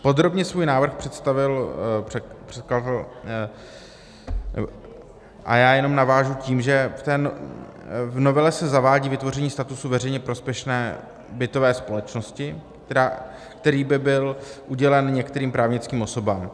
Podrobně svůj návrh představil předkladatel a já jenom navážu tím, že v novele se zavádí vytvoření statusu veřejně prospěšné bytové společnosti, který by byl udělen některým právnickým osobám.